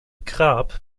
grab